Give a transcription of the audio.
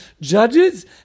judges